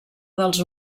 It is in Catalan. dels